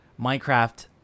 minecraft